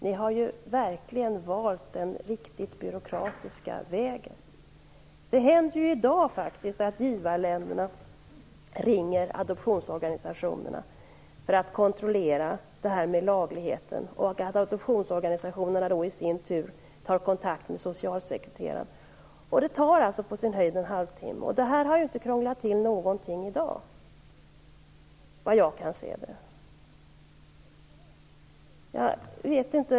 Ni har verkligen valt den riktigt byråkratiska vägen. Det händer faktiskt i dag att givarländerna ringer adoptionsorganisationerna för att kontrollera lagligheten och att dessa då i sin tur tar kontakt med socialsekreteraren. Det tar på sin höjd en halvtimme. Detta har såvitt jag kan förstå hittills inte krånglat till någonting.